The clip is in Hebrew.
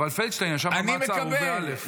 אבל פלדשטיין ישב במעצר, הוא וא'.